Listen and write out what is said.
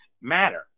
matter